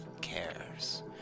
cares